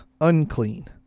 unclean